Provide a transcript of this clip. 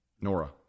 Nora